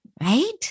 Right